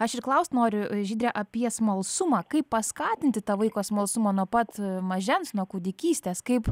aš ir klaust noriu žydre apie smalsumą kaip paskatinti tą vaiko smalsumą nuo pat mažens nuo kūdikystės kaip